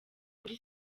kuri